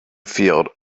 field